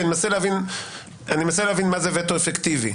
אני מנסה להבין מה זה וטו אפקטיבי,